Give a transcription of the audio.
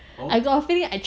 oh